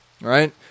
right